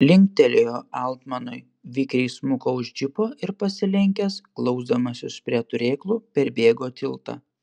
linktelėjo altmanui vikriai smuko už džipo ir pasilenkęs glausdamasis prie turėklų perbėgo tiltą